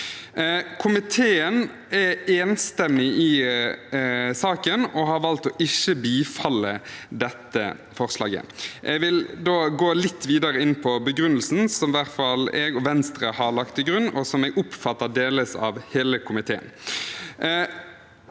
Komiteen er enstemmig i saken og har valgt å ikke bifalle dette forslaget. Jeg vil da gå litt videre inn på begrunnelsen, det som i hvert fall jeg og Venstre har lagt til grunn, og som jeg oppfatter deles av hele komiteen.